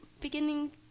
beginning